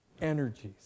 energies